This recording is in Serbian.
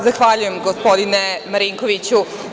Zahvaljujem gospodine Marinkoviću.